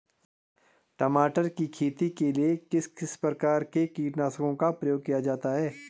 टमाटर की खेती के लिए किस किस प्रकार के कीटनाशकों का प्रयोग किया जाता है?